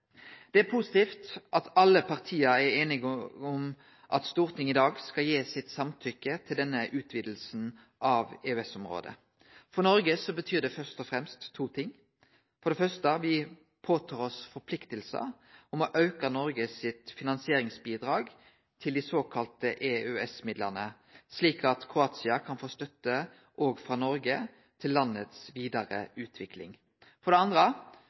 Det er positivt at alle partia er einige om at Stortinget i dag skal gi sitt samtykke til denne utvidinga av EØS-området. For Noreg betyr det først og fremst to ting: For det første tar vi på oss forpliktingar om å auke Noregs finansieringsbidrag til dei såkalla EØS-midlane, slik at Kroatia kan få støtte òg frå Noreg til landets vidare utvikling. For det andre